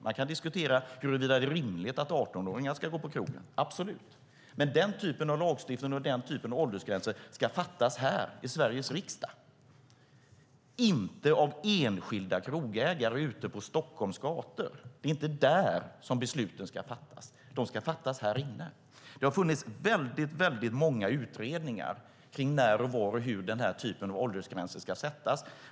Man kan diskutera huruvida det är rimligt att 18-åringar ska gå på krogen. Men den typen av lagstiftning och den typen av åldersgränser ska fattas beslut om här i Sveriges riksdag och inte av enskilda krogägare ute på Stockholms gator. Det är inte där som besluten ska fattas. De ska fattas här. Det har gjorts väldigt många utredningar om var, när och hur den här typen av åldersgränser ska sättas.